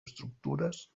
estructures